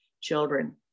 children